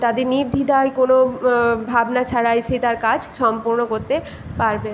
তাদের নির্দ্বিধায় কোনো ভাবনা ছাড়াই সে তার কাজ সম্পূর্ণ করতে পারবে